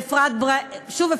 שוב,